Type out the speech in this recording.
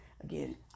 again